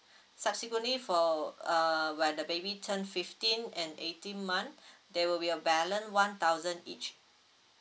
subsequently for uh when the baby turn fifteen and eighteen month there will be a balance one thousand each